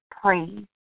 praise